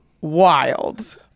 wild